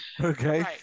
Okay